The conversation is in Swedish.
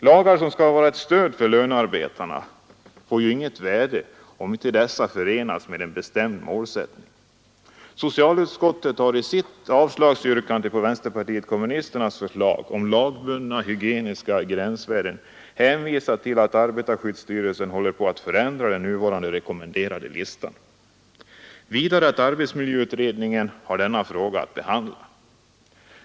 Lagar som skall vara ett stöd för lönearbetarna får ju inget värde om inte lagarna förenas med en bestämd målsättning. Socialutskottet har i sitt avslagsyrkande på vänsterpartiet kommunisternas förslag om lagbundna hygieniska gränsvärden hänvisat till att arbetarskyddsstyrelsen håller på att förändra den nuvarande rekommenderande listan. Vidare att arbetsmiljöutredningen har denna fråga att behandla.